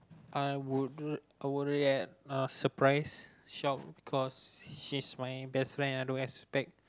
I would ra~ a surprise shock cause she's my best friend I don't expect